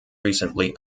recently